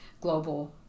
global